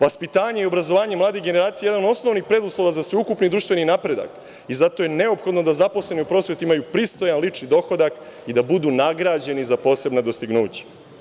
Vaspitanje i obrazovanje mladih generacija je jedan od osnovnih preduslova za sveukupni društveni napredak i zato je neophodno da zaposleni u prosveti imaju pristojan lični dohodak i da budu nagrađeni za posebna dostignuća.